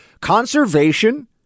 conservation